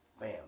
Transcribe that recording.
Bam